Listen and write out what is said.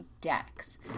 decks